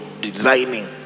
designing